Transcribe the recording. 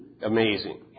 Amazing